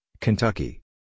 Kentucky